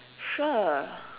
sure